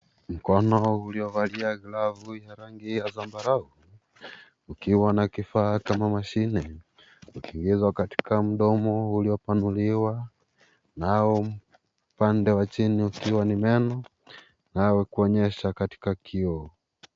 Mkono ulio valia glavu ina rangi ya zambarau ukiwa na kifa kama mashine ukiingizwa katika mdomo ulio panuliwa nao upande wa chini ukiwa ni meno unao onyesha katika kioo.